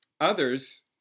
others